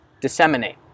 disseminate